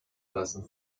lassen